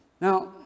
Now